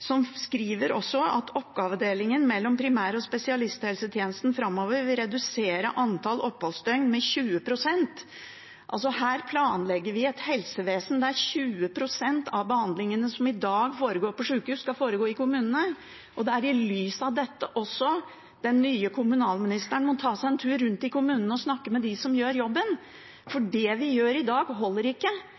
at oppgavedelingen mellom primær- og spesialisthelsetjenesten framover vil redusere antall oppholdsdøgn med 20 pst. Her planlegger vi altså for et helsevesen der 20 pst. av behandlingene som i dag foregår på sykehus, skal foregå i kommunene. Det er også i lys av dette den nye kommunalministeren må ta seg en tur rundt i kommunene og snakke med dem som gjør jobben, for det vi gjør i dag, holder ikke.